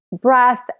breath